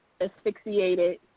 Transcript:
asphyxiated